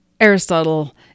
Aristotle